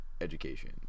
Education